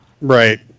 Right